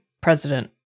president